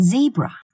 ,Zebra